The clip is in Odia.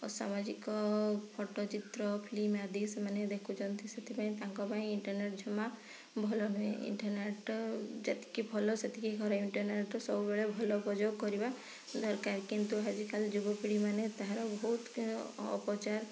ଅସାମାଜିକ ଫଟୋ ଚିତ୍ର ଫିଲ୍ମ ଆଦି ସେମାନେ ଦେଖୁଛନ୍ତି ସେଥିପାଇଁ ତାଙ୍କ ପାଇଁ ଇଣ୍ଟରନେଟ୍ ଜମା ଭଲ ନୁହେଁ ଇଣ୍ଟରନେଟ୍ ଯେତିକି ଭଲ ସେତିକି ଖରାପ ଇଣ୍ଟରନେଟ୍ର ସବୁବେଳେ ଭଲ ଉପଯୋଗ କରିବା ଦରକାର କିନ୍ତୁ ଆଜିକାଲି ଯୁବପିଢ଼ିମାନେ ତାହାର ବହୁତ ଅପଚାର